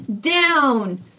down